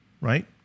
right